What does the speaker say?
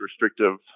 restrictive